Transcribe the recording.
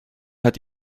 hat